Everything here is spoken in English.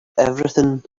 everything